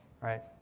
right